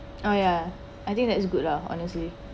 ah ya I think that's good lah honestly